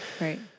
Right